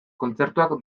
kontzertuak